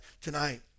tonight